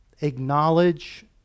acknowledge